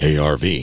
ARV